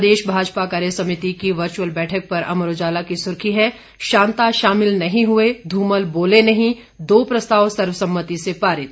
प्रदेश भाजपा कार्यसमिति की वर्चुअल बैठक पर अमर उजाला की सुर्खी है शांता शामिल नहीं हुए धूमल बोले नहीं दो प्रस्ताव सर्वसम्मति से पारित